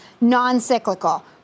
non-cyclical